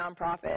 nonprofit